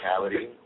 physicality